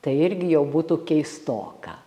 tai irgi jau būtų keistoka